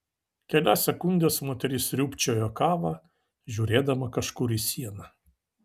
kelias sekundes moteris sriūbčiojo kavą žiūrėdama kažkur į sieną